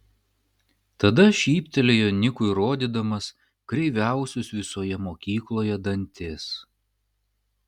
tada šyptelėjo nikui rodydamas kreiviausius visoje mokykloje dantis